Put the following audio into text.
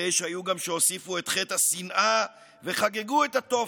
הרי שהיו גם שהוסיפו את חטא השנאה וחגגו את התופת,